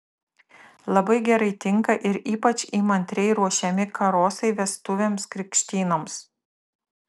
labai gerai tinka ir ypač įmantriai ruošiami karosai vestuvėms krikštynoms